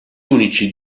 unici